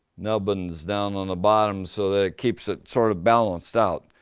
nubbins down on the bottom so that it keeps it sort of balanced out.